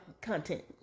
content